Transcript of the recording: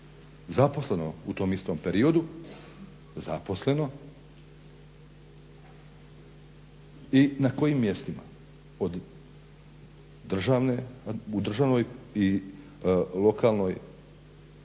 zaposleno u tom istom periodu, zaposleno, i na kojim mjestima u državnoj